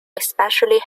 especially